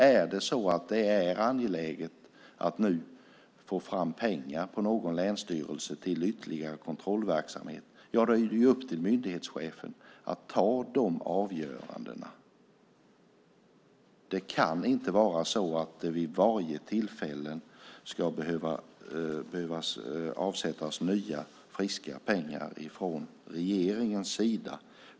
Om det är angeläget vid någon länsstyrelse att nu få fram pengar till ytterligare kontrollverksamhet är det upp till myndighetschefen att ta de avgörandena. Det kan inte vara så att det vid varje tillfälle ska behöva avsättas nya friska pengar från regeringens sida.